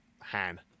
han